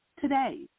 today